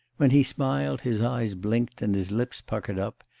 when he smiled, his eyes blinked, and his lips puckered up,